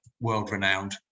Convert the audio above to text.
world-renowned